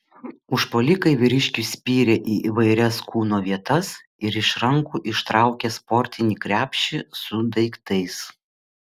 užpuolikai vyriškiui spyrė į įvairias kūno vietas ir iš rankų ištraukė sportinį krepšį su daiktais